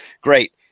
Great